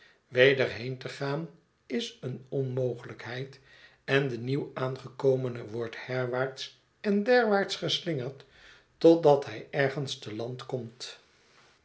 weder heen te gaan is eene onmogelijkheid en de nieuwaangekomene wordt herwaarts en derwaarts geslingerd totdat hij ergens te land komt